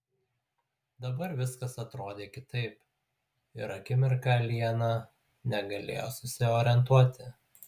dabar viskas atrodė kitaip ir akimirką liana negalėjo susiorientuoti